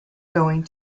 going